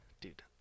Dude